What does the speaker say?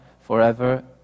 forever